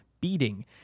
beating